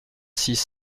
six